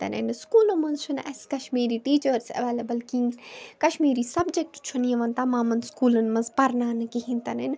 یعنی سُکوٗلَن منٛز چھِنہٕ اسہِ کَشمیٖری ٹیٖچٲرٕس ایٚولیبٕل کِہیٖنۍ کَشمیٖری سَبجَکٹہٕ چھُنہٕ یِوان تمام سُکوٗلَن منٛز پَرٕناونہٕ کِہیٖنۍ